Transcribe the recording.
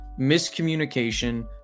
miscommunication